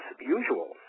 usual